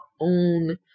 own